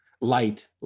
light